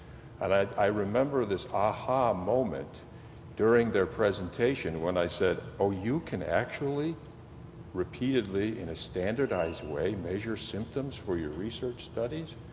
and i i remember this aha moment during their presentation when i said, oh, you can actually repeatedly in a standardized way measure symptoms for your research studies?